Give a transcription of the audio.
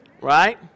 right